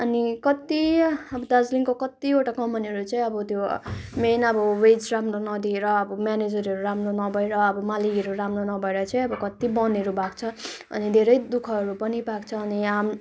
अनि कत्ति दार्जिलिङ्गको कतिवटा कमानहरू चाहिँ अब त्यो मेन अब वेज राम्रो नदिएर अब म्यानेजरहरू राम्रो नभएर अब मालिकहरू राम्रो नभएर चाहिँ अब कति बन्दहरू भएको छ अनि धेरै दुःखहरू पनि पाएको छ अनि यहाँ